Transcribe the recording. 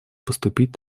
поступить